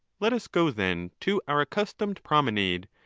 let us go, then, to our accustomed promenade,